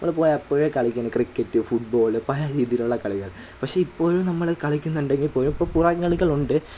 നമ്മൾ പോയപ്പഴേ കളിക്കേണ് ക്രിക്കറ്റ് ഫുട്ബോൾ പല രീതിയിലുള്ള കളികൾ പക്ഷേ ഇപ്പോഴും നമ്മൾ കളിക്കുന്നുണ്ടെങ്കിൽപ്പോലും ഇപ്പം പുറം കളികളുണ്ട്